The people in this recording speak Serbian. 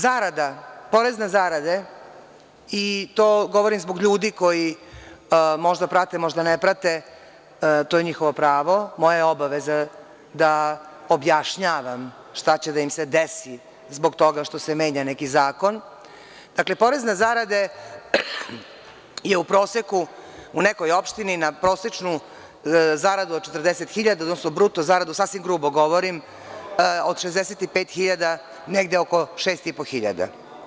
Zarada, porez na zarade, i to govorim zbog ljudi koji možda prate, možda ne prate, to je njihovo pravo, moja je obaveza da objašnjavam šta će da ima se desi zbog toga što se menja zakon, dakle, porez na zarade je u proseku u nekoj opštini na prosečnu zaradu od 40 hiljada, odnosno bruto zaradu, sasvim grubo govorim, od 65 hiljada negde oko 6.500.